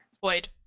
Void